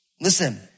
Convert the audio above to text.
Listen